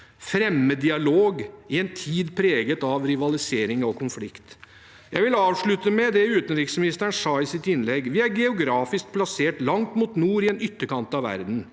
fremme dialog i en tid preget av rivalisering og konflikt. Jeg vil avslutte med det utenriksministeren sa i sitt innlegg: «Vi er geografisk plassert langt mot nord i en ytterkant av verden.